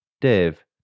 Dave